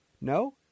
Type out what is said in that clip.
No